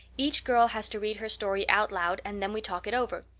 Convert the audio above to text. each girl has to read her story out loud and then we talk it over.